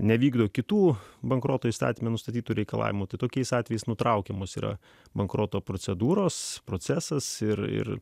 nevykdo kitų bankroto įstatyme nustatytų reikalavimų tokiais atvejais nutraukiamos yra bankroto procedūros procesas ir ir